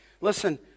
Listen